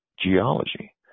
geology